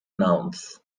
nouns